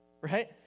right